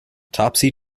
topsy